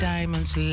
Diamonds